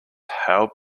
how